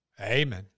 Amen